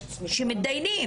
שמתדיינים,